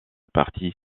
partie